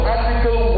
Article